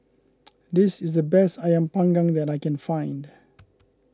this is the best Ayam Panggang that I can find